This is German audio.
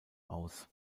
aus